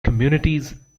communities